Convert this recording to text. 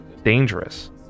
dangerous